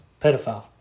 pedophile